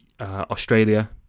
Australia